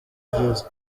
ryiza